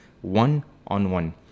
one-on-one